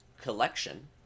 Collection